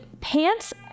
pants